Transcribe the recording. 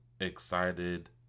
excited